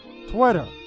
Twitter